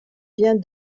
vient